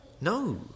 No